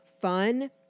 fun